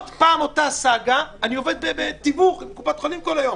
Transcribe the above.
שוב אותה הסאגה אני עובד בתיווך עם קופת חולים כל היום.